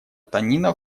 танина